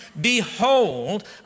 Behold